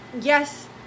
Yes